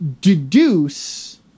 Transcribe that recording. deduce